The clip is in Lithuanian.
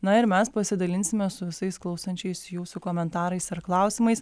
na ir mes pasidalinsime su visais klausančiais jūsų komentarais ar klausimais